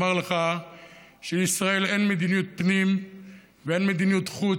אומר לך שבישראל אין מדיניות פנים ואין מדיניות חוץ,